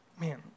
Man